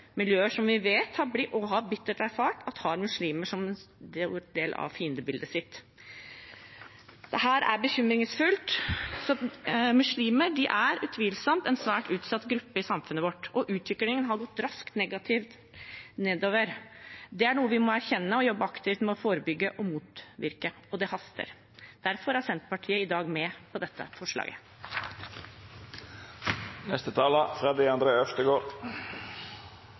miljøer, miljøer som vi vet – og bittert har erfart – har muslimer som en stor del av fiendebildet sitt. Dette er bekymringsfullt. Muslimer er utvilsomt en svært utsatt gruppe i samfunnet vårt, og utviklingen har gått raskt nedover. Det er noe vi må erkjenne og jobbe aktivt for å forebygge og motvirke, og det haster. Derfor er Senterpartiet i dag med på dette forslaget.